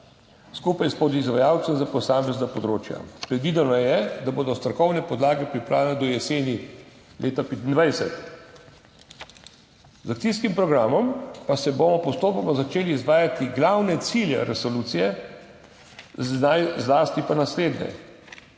skupaj s podizvajalci za posamezna področja. Predvideno je, da bodo strokovne podlage pripravljene do jeseni leta 2025. Z akcijskim programom pa bomo postopoma začeli izvajati glavne cilje resolucije, zlasti pa naslednje